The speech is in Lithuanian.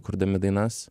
kurdami dainas